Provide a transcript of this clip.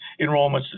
enrollments